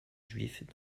juifs